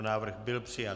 Návrh byl přijat.